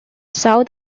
south